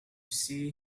see